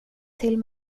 till